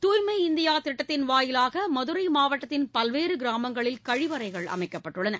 தூய்மை இந்தியா திட்டத்தின் வாயிலாக மதுரை மாவட்டத்தின் பல்வேறு கிராமங்களில் கழிவறைகள் அமைக்கப்பட்டுள்ளன